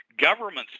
Government's